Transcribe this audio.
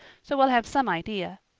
so we'll have some idea.